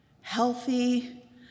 healthy